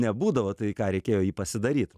nebūdavo tai ką reikėjo jį pasidaryt